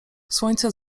słońce